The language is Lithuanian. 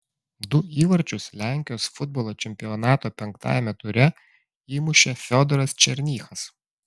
du įvarčius lenkijos futbolo čempionato penktajame ture įmušė fiodoras černychas